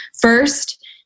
First